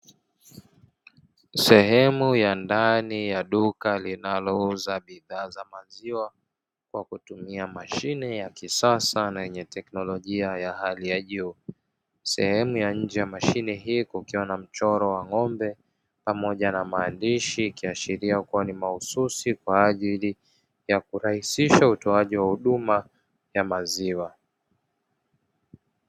Sehemu ya ndani ya duka linalouza bidhaa za maziwa kwa kutumia mashine ya kisasa na yenye teknolojia ya hali ya juu. Sehemu ya nje ya mashine hii kukiwa na mchoro wa ng’ombe pamoja na maandishi ikiashiria kuwa ni mahususi kwaajili ya kurahisisha utoaji wa huduma ya maziwa.